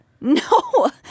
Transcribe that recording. No